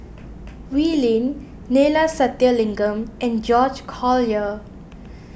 Wee Lin Neila Sathyalingam and George Collyer